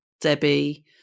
Debbie